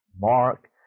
Mark